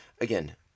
again